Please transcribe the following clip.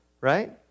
right